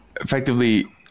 effectively